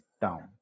down